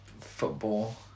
football